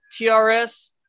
TRS